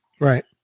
Right